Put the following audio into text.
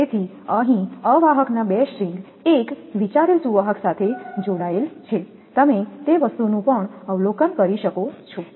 તેથી અહીં અવાહકના બે સ્ટ્રિંગ એક વિચારેલ સુવાહક સાથે જોડાયેલ છે તમે તે વસ્તુનું અવલોકન પણ કરી શકો છો